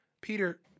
Peter